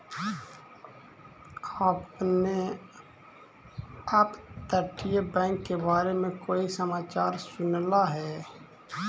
आपने अपतटीय बैंक के बारे में कोई समाचार सुनला हे